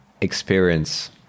experience